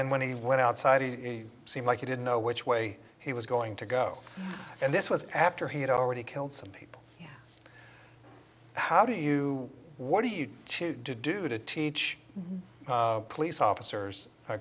then when he went outside he seemed like he didn't know which way he was going to go and this was after he had already killed some people how do you what do you choose to do to teach police officers